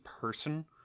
person